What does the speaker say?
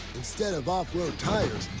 instead of off-road tires,